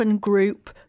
group